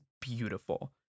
beautiful